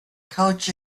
couch